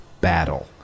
battle